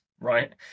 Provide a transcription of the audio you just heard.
Right